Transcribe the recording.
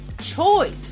choice